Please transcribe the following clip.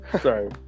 Sorry